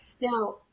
Now